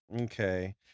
Okay